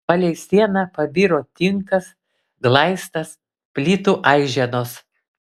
palei sieną pabiro tinkas glaistas plytų aiženos